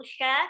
share